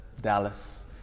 Dallas